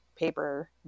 paper